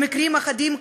במקרים אחדים,